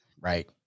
right